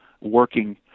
working